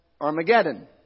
Armageddon